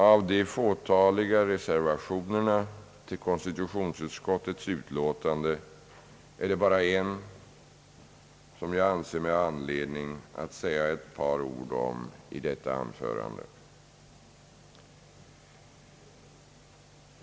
Av de fåtaliga reservationerna till konstitutionsutskottets betänkande är det bara en som jag anser mig ha anledning att säga ett par ord om i detta anförande.